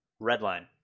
Redline